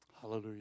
Hallelujah